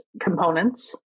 components